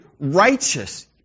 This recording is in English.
righteous